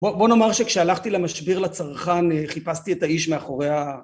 בוא נאמר שכשהלכתי למשביר לצרכן חיפשתי את האיש מאחורי